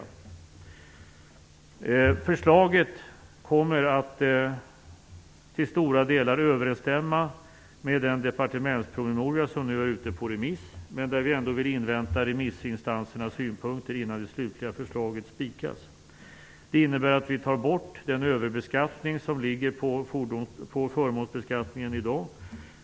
Förslaget kommer till stora delar att överensstämma med den departementspromemoria som nu är ute på remiss, men vi vill ändå invänta remissinstansernas synpunkter innan det slutliga förslaget spikas. Det innebär att vi tar bort den överbeskattning som ligger på förmånsbeskattningen i dag.